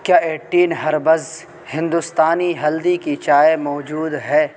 کیا eighteen herbs ہندوستانی ہلدی کی چائے موجود ہے